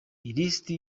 ilisiti